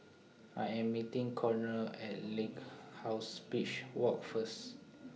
I Am meeting Konner At Lighthouse Beach Walk First